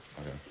okay